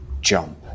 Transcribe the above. jump